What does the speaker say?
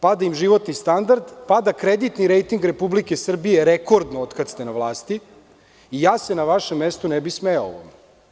Pada im životni standard, pada kreditni rejting Republike Srbije rekordno od kad ste na vlasti i ja se na vašem mestu ne bih smejao ovome.